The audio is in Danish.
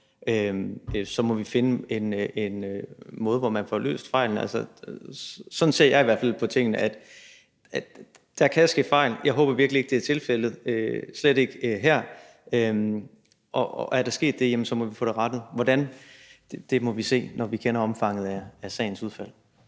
Vi må finde en måde, hvorpå vi får det løst. Sådan ser jeg i hvert fald på tingene. Der kan ske fejl, jeg håber virkelig ikke, det er tilfældet, slet ikke her, og er der sket det, jamen så må vi få det rettet, og hvordan må vi se på, når vi kender omfanget af sagen og dens udfald.